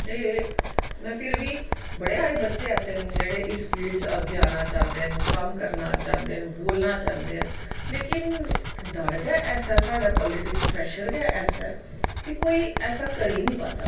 ते में फिर बी बड़े हारे बच्चे ऐसे न जेह्ड़े इस फील्ड च अग्गै आंदे न आना चाह्ंदे न करना चांह्दे न बोलना चांह्दे न लेकिन डर गै ऐसा ऐ साढ़ै पोलिटक प्रैशर गै ऐसा ऐ कि कोई ऐसा करी नीं पांदा